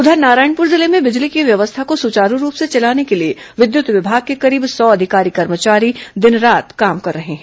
उधर नारायणपूर जिले में बिजली की व्यवस्था को सुचारू रूप से चलाने के लिए विद्युत विभाग के करीब सौ अधिकारी कर्मचारी दिन रात काम कर रहे हैं